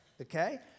Okay